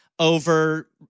over